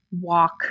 walk